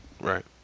right